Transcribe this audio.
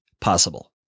possible